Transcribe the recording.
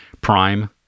prime